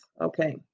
okay